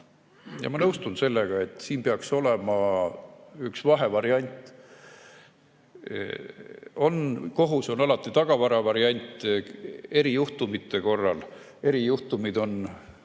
Ma nõustun sellega, et siin peaks olema üks vahevariant. Kohus on alati tagavaravariant erijuhtumite korral ja erijuhtumid on